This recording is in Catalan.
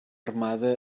armada